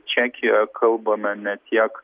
čekijoje kalbame ne tiek